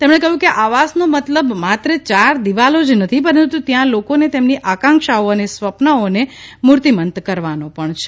તેમણે કહ્યું કે આવાસનો મતલબ માત્ર યાર દિવાલો જ નથી પરંતુ ત્યાં લોકોને તેમની આકાંક્ષાઓ અને સ્વપ્નાઓને મૂર્તિમંત કરવાનો પણ છે